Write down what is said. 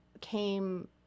came